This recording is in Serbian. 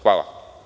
Hvala.